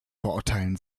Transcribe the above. verurteilen